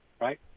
Right